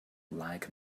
like